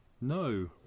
no